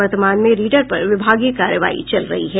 वर्तमान में रीडर पर विभागीय कार्रवाई चल रही है